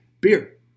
Beer